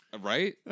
Right